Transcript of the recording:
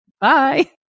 Bye